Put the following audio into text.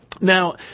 Now